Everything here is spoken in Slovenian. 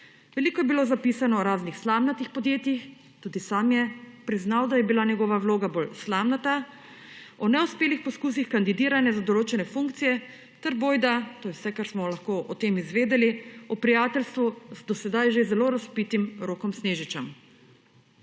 Veliko je bilo zapisano o raznih slamnatih podjetjih, tudi sam je priznal, da je bila njegova vloga bolj slamnata, o neuspelih poskusih kandidiranja za določene funkcije ter bojda, to je vse, kar smo lahko o tem izvedeli, o prijateljstvu z do sedaj že zelo razvpitim Rokom Snežičem.